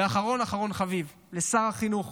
ואחרון אחרון חביב, לשר החינוך